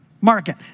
market